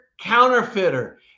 counterfeiter